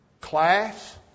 class